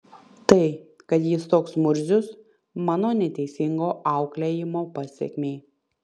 tai kad jis toks murzius mano neteisingo auklėjimo pasekmė